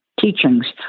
teachings